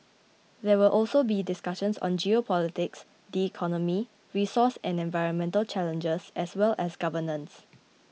there will also be discussions on geopolitics the economy resource and environmental challenges as well as governance